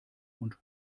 und